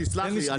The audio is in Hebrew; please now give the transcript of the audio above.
תסלח לי.